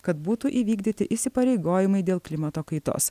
kad būtų įvykdyti įsipareigojimai dėl klimato kaitos